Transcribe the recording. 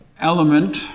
element